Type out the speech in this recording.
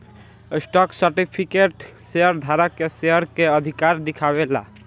stock certificate share धारक के share के अधिकार दिखावे ला